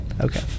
Okay